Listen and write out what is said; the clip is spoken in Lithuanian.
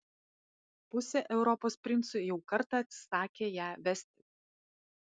pusė europos princų jau kartą atsisakė ją vesti